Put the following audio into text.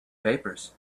papers